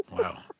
Wow